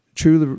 true